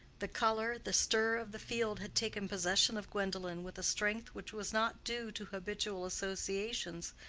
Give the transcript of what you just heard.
the color, the stir of the field had taken possession of gwendolen with a strength which was not due to habitual associations,